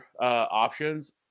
options